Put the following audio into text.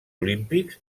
olímpics